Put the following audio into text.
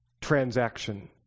transaction